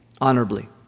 honorably